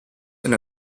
and